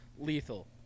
lethal